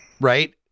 Right